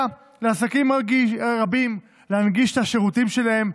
לעסקים רבים להנגיש את השירותים שלהם,